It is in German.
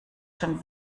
schon